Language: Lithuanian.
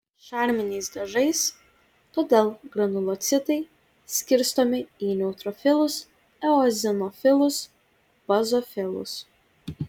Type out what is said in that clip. šarminiais dažais todėl granulocitai skirstomi į neutrofilus eozinofilus bazofilus